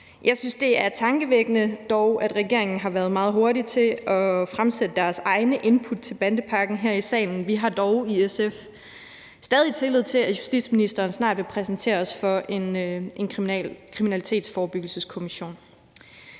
Jeg synes dog, det er tankevækkende, at regeringen har været meget hurtig til her i salen at fremsætte deres egne input til bandepakken. Vi har dog i SF stadig tillid til, at justitsministeren snart vil præsentere os for en kriminalitetsforebyggelseskommission.